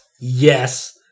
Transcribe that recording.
Yes